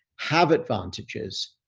have advantages.